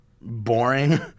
boring